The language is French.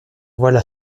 voilà